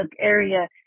area